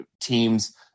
Teams